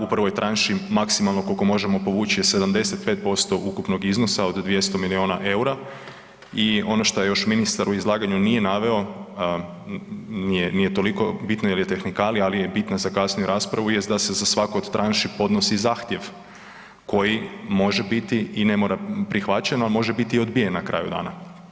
U prvoj tranši maksimalno koliko možemo povući je 75% ukupnog iznosa od 200 milijuna eura i ono što je još ministar u izlaganju nije naveo, nije toliko bitno jer je tehnikalija, ali je bitna za kasniju raspravu jest da se za svaku od tranši podnosi zahtjev koji može biti i ne mora prihvaćen, ali može biti i odbijen na kraju dana.